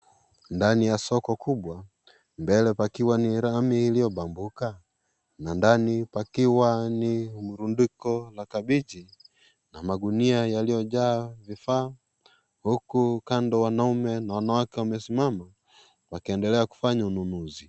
Ndani ya soko kubwa mbele pakiwa ni lami iliyo pambuka na ndani pakiwa ni mrundiko la kabegi na magunia yaliyojaa vifaa huku kando wanaume na wanawake wamesimama wakiendelea kufanya ununuzi.